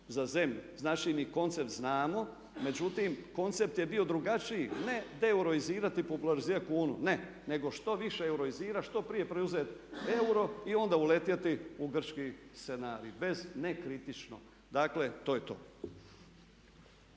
za zemlju. Znači mi koncept znamo, međutim koncept je bio drugačiji. Ne deeuroizirati popularizirati kunu. Ne, nego što više euroizirati, što prije preuzeti euro i onda uletjeti u grčki scenarij bez nekritično. Dakle, to je to.